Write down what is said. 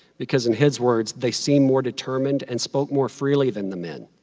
because in his words, they seemed more determined and spoke more freely than the men.